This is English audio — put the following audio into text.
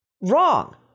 Wrong